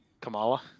Kamala